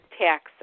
tax